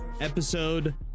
Episode